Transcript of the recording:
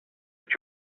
but